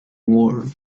warm